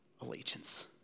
allegiance